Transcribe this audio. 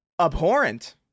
abhorrent